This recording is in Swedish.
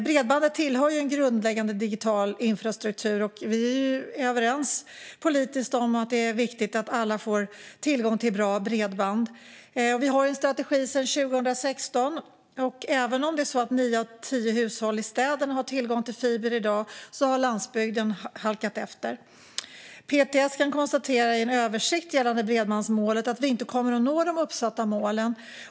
Bredband tillhör ju en grundläggande digital infrastruktur, och vi är överens politiskt om att det är viktigt att alla får tillgång till bra bredband. Vi har en strategi sedan 2016. Även om nio av tio hushåll i städerna har tillgång till fiber i dag har landsbygden halkat efter. PTS kunde i en översikt gällande bredbandsmålet konstatera att vi inte kommer att nå de uppsatta målen.